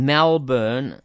Melbourne